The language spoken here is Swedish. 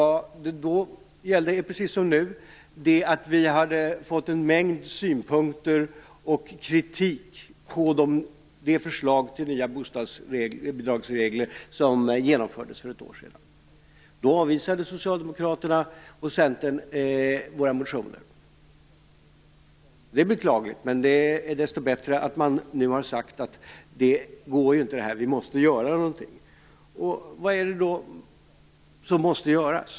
Då gällde, precis som nu, att vi hade fått en mängd synpunkter och kritik på de förslag till nya bostadsbidragsregler som genomfördes för ett år sedan. Då avvisade Socialdemokraterna och Centern våra motioner. Det är beklagligt, men det är desto bättre att man nu har sagt att man måste göra någonting. Vad är det då som måste göras?